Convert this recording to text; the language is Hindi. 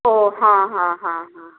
ओ हँ हँ हँ हँ हँ